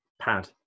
pad